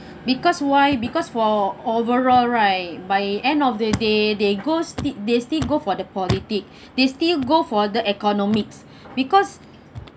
because why because for overall right by end of the day they go sleep they still go for the politic they still go for the economics because